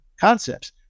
concepts